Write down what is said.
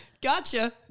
gotcha